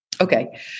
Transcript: Okay